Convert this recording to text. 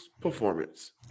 performance